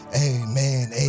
Amen